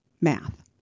math